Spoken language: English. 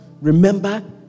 remember